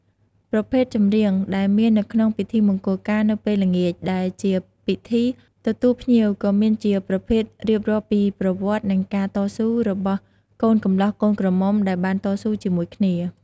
ប្រភេទចម្រៀងដែលមាននៅក្នុងពិធីមង្កលការនៅពេលល្ងាចដែលជាពិធីទទួលភ្ញៀវក៏មានជាប្រភេទរៀបរាប់ពីប្រវត្តិនិងការតស៊ូរបស់កូនកម្លោះកូនក្រមុំដែលបានតស៊ូជាមួយគ្នា។